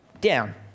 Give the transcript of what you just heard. down